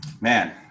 Man